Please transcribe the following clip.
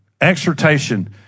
Exhortation